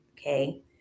okay